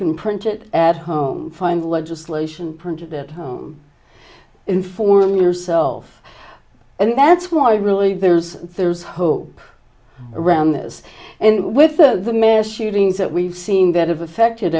can print it at home find legislation printed at home inform yourself and that's why really there's there's hope around this and with so the mass shootings that we've seen that has affected